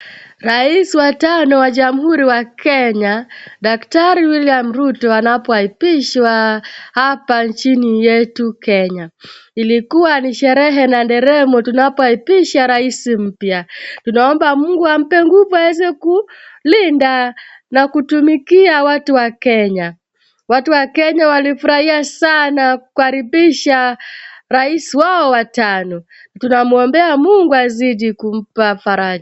Rais wa tano wa Jamhuri wa Kenya, Daktari William Ruto anapoaipishwa hapa nchini yetu Kenya. Ilikuwa ni sherhe na deremo tunapoaipisha rais mpya. Tunaomba Mungu ampe nguvu aweze kulinda na kutumikia watu wa Kenya. Watu wa Kenya walifurahia sana kukaribisha rais wao wa tano. Tunamuombea Mungu azidi kumpa fara